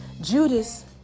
Judas